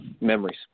memories